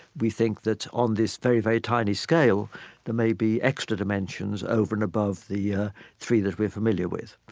we think that on this very, very tiny scale there may be extra dimensions over and above the ah three that we are familiar with.